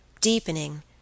deepening